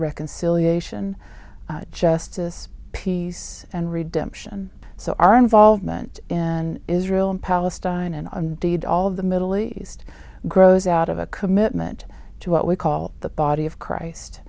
reconciliation justice peace and redemption so our involvement in israel and palestine and deed all of the middle east grows out of a commitment to what we call the body of christ